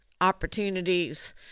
opportunities